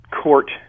court